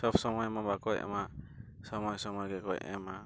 ᱥᱚᱵ ᱥᱚᱢᱚᱭ ᱢᱟ ᱵᱟᱠᱚ ᱮᱢᱟ ᱥᱚᱢᱚᱭᱼᱥᱚᱢᱚᱭ ᱜᱮᱠᱚ ᱮᱢᱟ